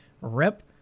Rip